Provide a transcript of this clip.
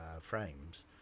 frames